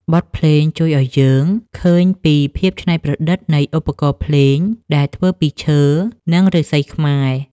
បទភ្លេងជួយឱ្យយើងឃើញពីភាពច្នៃប្រឌិតនៃឧបករណ៍ភ្លេងដែលធ្វើពីឈើ និងឫស្សីខ្មែរ។